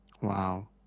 Wow